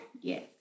Yes